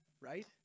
Right